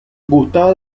gustaba